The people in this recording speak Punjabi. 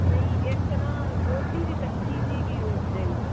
ਨਹੀਂ ਇੱਕ ਨਾ ਗੋਭੀ ਵੀ ਕੱਚੀ ਸੀਗੀ ਉਸ ਦਿਨ